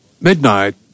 Midnight